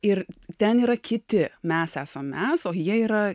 ir ten yra kiti mes esam mes o jie yra